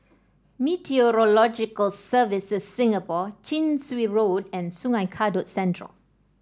Meteorological Services Singapore Chin Swee Road and Sungei Kadut Central